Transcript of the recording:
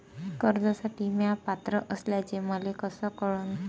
कर्जसाठी म्या पात्र असल्याचे मले कस कळन?